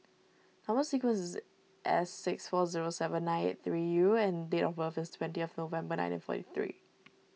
Number Sequence is S six four zero seven nine eight three U and date of birth is twentieth November nineteen forty three